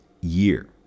year